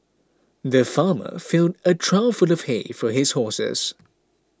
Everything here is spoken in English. the farmer filled a trough full of hay for his horses